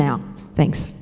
now thanks